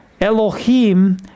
Elohim